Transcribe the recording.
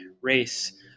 race